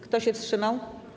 Kto się wstrzymał?